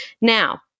Now